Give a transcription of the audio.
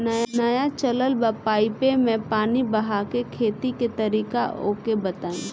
नया चलल बा पाईपे मै पानी बहाके खेती के तरीका ओके बताई?